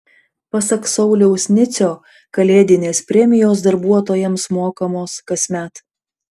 pasak sauliaus nicio kalėdinės premijos darbuotojams mokamos kasmet